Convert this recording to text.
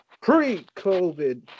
pre-COVID